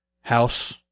House